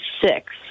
six